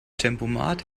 tempomat